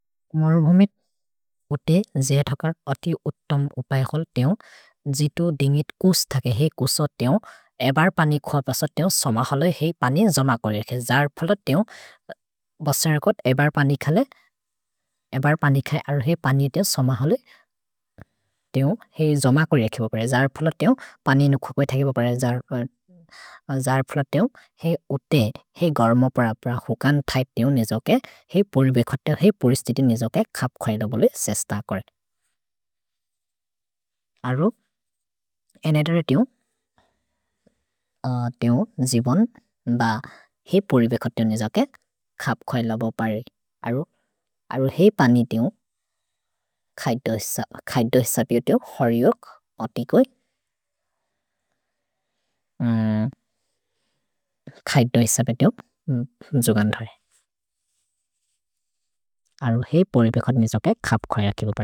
मर् भुमित् उते जे थकर् अति उत्तम् उपय्खोल् तेउन्। जितु दिन्गित् कुस् थके हेइ कुस तेउन्। एबर् पनि खुअ बस तेउन्। सम हलोइ हेइ पनि जम कोरिअखे। जर् फुल तेउन्। भसरकोत् एबर् पनि खले। एबर् पनि खै। अर् हेइ पनि तेउन्। सम हलोइ तेउन्। हेइ जम कोरिअखे बपर। जर् फुल तेउन्। पनि इनु खुक्वे थके बपर। जर् फुल तेउन्। हेइ उते हेइ गर्म प्र प्र खुकन् थै तेउन्। जितु दिन्गित् हेइ हेइ पर्वे खतेउन् हेइ परिस्तेतेउन् नेजो के खप् ख्वेल बोलो सेस्थ कोरे। अर्रो। एनरेरे तेउन् तेउन् जिबोन्द्। भ हेइ पर्वे खतेउन् नेजो के खप् ख्वेल बोबो परे। अर्रो। अर्रो हेइ पनि तेउन्। खै दू स्सब्यो। तेउन् हरिओक्। अति कोइ। खै दू स्सब्यो। जोगन् धरे। अर्रो हेइ पर्वे खतेउन् हेइ परिस्थीतेउन् नेजो के खप् ख्वेल किबोब परे।